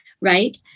right